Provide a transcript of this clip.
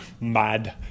Mad